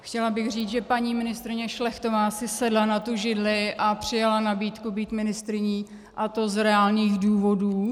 Chtěla bych říct, že paní ministryně Šlechtová si sedla na tu židli a přijala nabídku být ministryní, a to z reálných důvodů.